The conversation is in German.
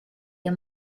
ihr